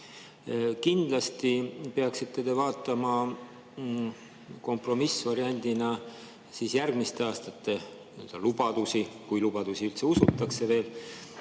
Kindlasti peaksite te vaatama kompromissvariandina järgmiste aastate lubadusi, kui lubadusi üldse usutakse veel,